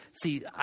see